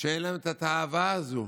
שאין להם את התאווה הזו